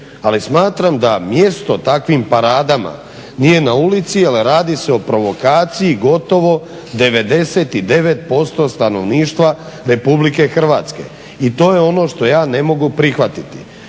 ali smatram da mjesto takvim paradama nije na ulici jer radi se o provokaciji gotovo 99% stanovništva Republike Hrvatske. I to je ono što ja ne mogu prihvatiti